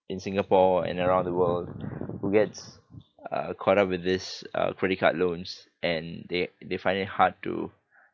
in singapore and around the world who gets uh caught up with this uh credit card loans and they they find it hard to